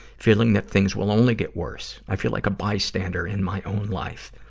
feeling that things will only get worse. i feel like a bystander in my own life.